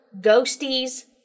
ghosties